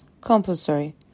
compulsory